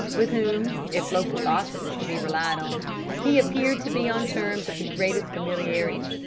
with whom if local gossip is to be relied on he appeared to be on terms of the greatest familiarity.